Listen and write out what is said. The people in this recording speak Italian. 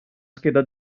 scheda